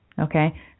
okay